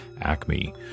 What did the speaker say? ACME